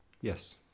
Yes